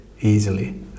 easily